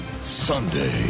Sunday